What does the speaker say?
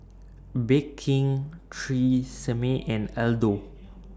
Bake King Tresemme and Aldo